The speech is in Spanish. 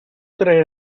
traer